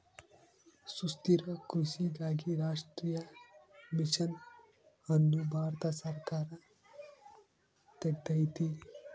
ಸುಸ್ಥಿರ ಕೃಷಿಗಾಗಿ ರಾಷ್ಟ್ರೀಯ ಮಿಷನ್ ಅನ್ನು ಭಾರತ ಸರ್ಕಾರ ತೆಗ್ದೈತೀ